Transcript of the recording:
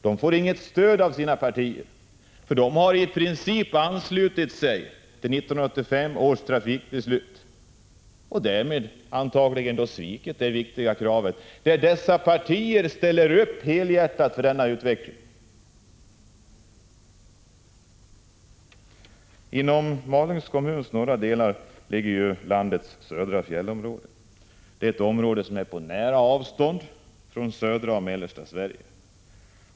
De får inget stöd av sina partier, för dessa har i princip anslutit sig till 1985 års trafikbeslut och därmed antagligen svikit ett viktigt krav. Dessa partier ställer upp helhjärtat för denna utveckling. Inom Malungs kommuns norra delar ligger ju landets södra fjällområde. Det är ett område på nära avstånd från södra och mellersta Sverige.